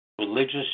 religious